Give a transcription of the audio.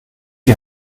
die